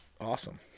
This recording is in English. Awesome